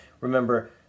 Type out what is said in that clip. remember